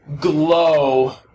glow